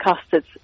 custards